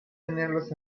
tenerlos